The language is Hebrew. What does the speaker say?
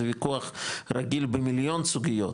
זה וויכוח רגיל במיליון סוגיות,